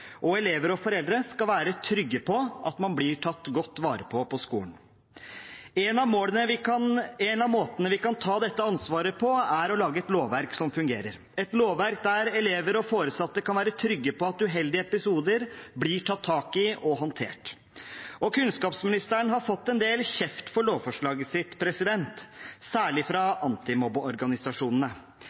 og stoppe mobbing. Elever og foreldre skal være trygge på at man blir tatt godt vare på på skolen. En av måtene vi kan ta dette ansvaret på, er å lage et lovverk som fungerer – et lovverk der elever og foresatte kan være trygge på at uheldige episoder blir tatt tak i og håndtert. Kunnskapsministeren har fått en del kjeft for lovforslaget sitt, særlig fra